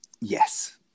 Yes